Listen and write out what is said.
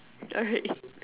alright